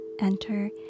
Enter